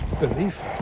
belief